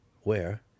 Where